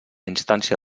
instància